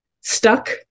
stuck